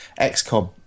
XCOM